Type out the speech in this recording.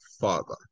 Father